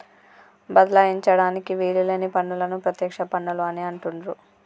బదలాయించడానికి వీలు లేని పన్నులను ప్రత్యక్ష పన్నులు అని అంటుండ్రు